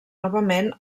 novament